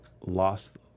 lost